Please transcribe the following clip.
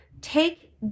take